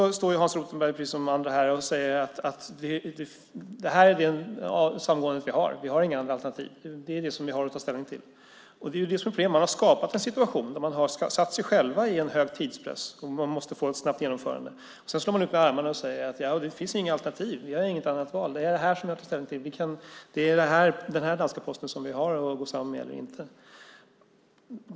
Hans Rothenberg står precis som andra här och säger: Det här är det samgående vi har. Vi har inga andra alternativ, utan det är det här vi har att ta ställning till. Det är det som är problemet; man har skapat en situation där man har satt sig själv under stark tidspress och där man måste få ett snabbt genomförande. Sedan slår man ut med armarna och säger: Det finns inga alternativ. Vi har inget annat val. Det är det här vi har att ta ställning till. Det är den här danska Posten vi har att gå samman med eller inte.